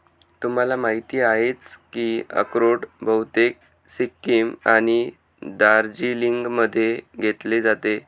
तुम्हाला माहिती आहेच की अक्रोड बहुतेक सिक्कीम आणि दार्जिलिंगमध्ये घेतले जाते